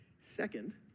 Second